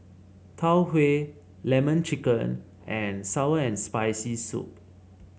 Tau Huay lemon chicken and sour and Spicy Soup